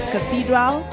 Cathedral